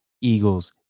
eagles